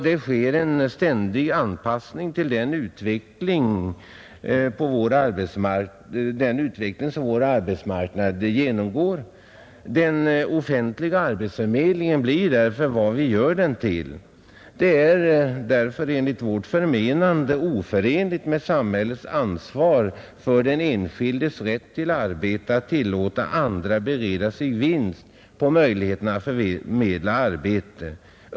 Det sker en ständig anpassning till den utveckling som vår arbetsmarknad genomgår. Den offentliga arbetsförmedlingen blir därför vad vi gör den till. Det är därför enligt vårt förmenande oförenligt med samhällets ansvar för den enskildes rätt till arbete att tillåta andra att bereda sig vinst på möjligheten att förmedla arbete.